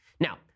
Now